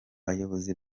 bayobozi